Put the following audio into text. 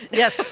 yes,